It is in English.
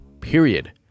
period